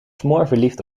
smoorverliefd